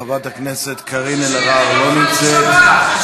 חברת הכנסת קארין אלהרר, לא נמצאת.